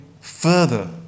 further